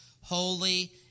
holy